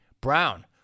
Brown